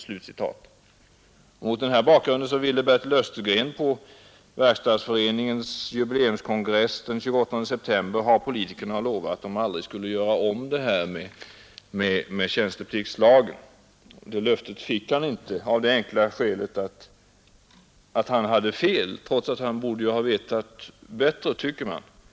Mot samma bakgrund ville Bertil Östergren pa Verkstadsföreningens jubileumskongress den 28 september ha politikerna att lova, att de aldrig skulle göra om detta med tjänstepliktslagen. Det löftet fick han inte. av det enkla skälet att han hade fel, trots att man tycker att han borde ha vetat bättre än att komma med denna begäran.